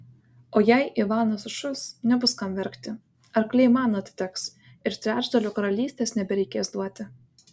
o jei ivanas sušus nebus kam verkti arkliai man atiteks ir trečdalio karalystės nebereikės duoti